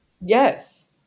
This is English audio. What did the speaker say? Yes